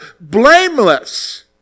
blameless